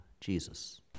Jesus